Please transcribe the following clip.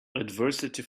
adversity